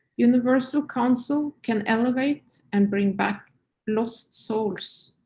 universal council can elevate and bring back lost souls